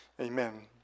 Amen